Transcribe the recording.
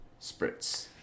Spritz